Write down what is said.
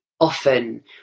often